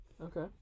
Okay